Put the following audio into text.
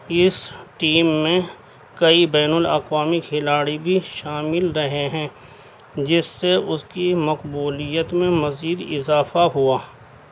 اس team میں کئی بین الاقوامی کھلاڑی بھی شامل رہے ہیں جس سے اس کی مقبولیت میں مزید اضافہ ہوا